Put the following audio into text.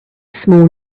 small